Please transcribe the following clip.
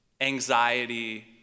anxiety